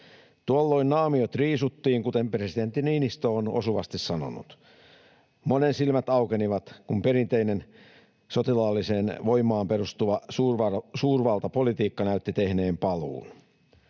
Tuolloin naamiot riisuttiin, kuten presidentti Niinistö on osuvasti sanonut. Monen silmät aukenivat, kun perinteinen sotilaalliseen voimaan perustuva suurvaltapolitiikka näytti tehneen paluun.